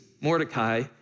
Mordecai